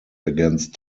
against